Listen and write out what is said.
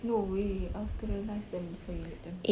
no way I'll sterilise them before you make them